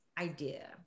idea